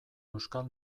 euskal